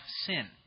sin